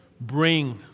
bring